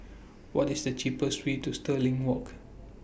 What IS The cheapest Way to Stirling Walk